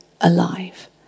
alive